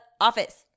office